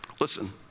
Listen